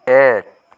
এক